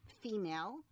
female